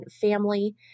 family